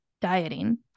dieting